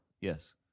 Yes